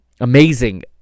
Amazing